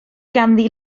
ganddi